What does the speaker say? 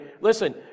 listen